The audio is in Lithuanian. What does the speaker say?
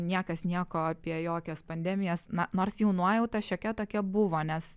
niekas nieko apie jokias pandemijas na nors jau nuojauta šiokia tokia buvo nes